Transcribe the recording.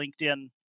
linkedin